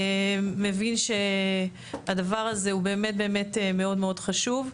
מבין שהדבר הזה הוא באמת מאוד-מאוד חשוב.